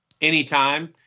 Anytime